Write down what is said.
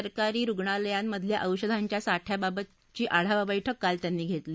सरकारी रुग्णालयांमधल्या औषधांच्या साठ्याबाबतची आढावा बर्क्र काल त्यांनी घेतली